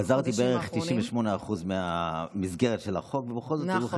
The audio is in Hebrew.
גזרתי בערך 98% מהמסגרת של החוק, נכון.